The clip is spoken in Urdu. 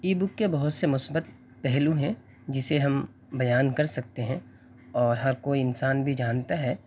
ای بک کے بہت سے مثبت پہلو ہیں جسے ہم بیان کر سکتے ہیں اور ہر کوئی انسان بھی جانتا ہے